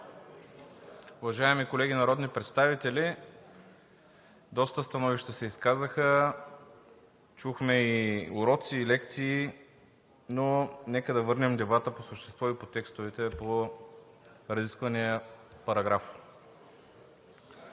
Уважаеми колеги народни представители, доста становища се изказаха. Чухме и уроци, и лекции, но нека да върнем дебата по същество и по текстовете по разисквания параграф.